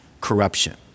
corruption